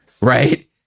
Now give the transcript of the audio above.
right